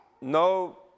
No